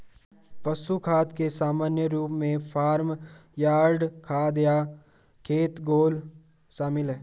पशु खाद के सामान्य रूपों में फार्म यार्ड खाद या खेत घोल शामिल हैं